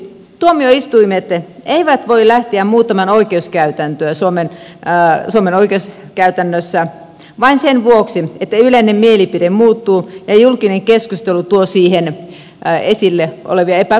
tuomioistuimet eivät voi lähteä muuttamaan suomen oikeuskäytäntöä vain sen vuoksi että yleinen mielipide muuttuu ja julkinen keskustelu tuo esille siinä olevia epäkohtia